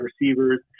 receivers